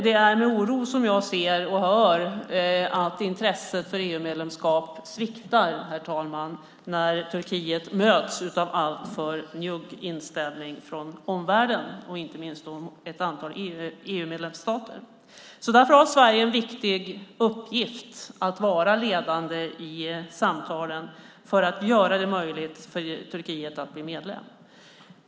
Det är med oro jag ser och hör att intresset för EU-medlemskap sviktar, herr talman, när Turkiet möts av en alltför njugg inställning från omvärlden, inte minst från ett antal EU-medlemsstater. Därför har Sverige en viktig uppgift att vara ledande i samtalen för att göra det möjligt för Turkiet att bli medlem.